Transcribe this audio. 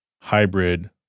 hybrid